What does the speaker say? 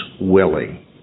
willing